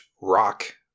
rock